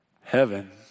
Heaven